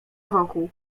wokół